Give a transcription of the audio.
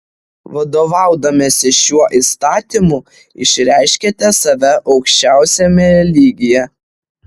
vadovaudamiesi šiuo įstatymu išreiškiate save aukščiausiame lygyje